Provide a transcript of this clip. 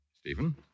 Stephen